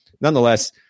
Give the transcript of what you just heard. nonetheless